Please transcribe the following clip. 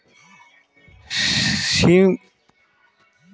সিম চাষে বীজ বপনের সময় প্রতি মাদায় কয়টি করে বীজ বুনতে হয়?